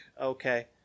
okay